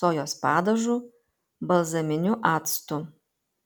sojos padažu balzaminiu actu